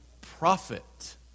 Prophet